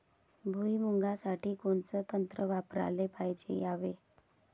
भुइमुगा साठी कोनचं तंत्र वापराले पायजे यावे?